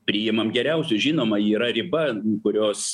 priimam geriausius žinoma yra riba kurios